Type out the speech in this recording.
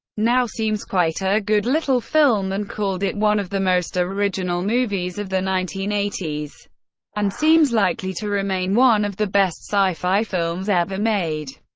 now seems quite a good little film and called it one of the most original movies of the nineteen eighty s and seems likely to remain one of the best sci-fi films ever made.